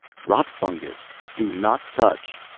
rotfungus do not touch!